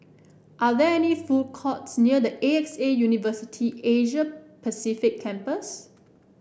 are there food courts or restaurants near A X A University Asia Pacific Campus